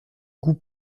goût